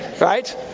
Right